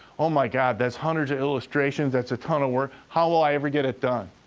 oh, my god, that's hundreds of illustrations, that's a ton of work. how will i ever get it done?